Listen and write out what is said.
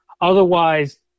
Otherwise